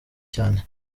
cyane